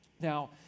Now